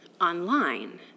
online